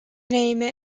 name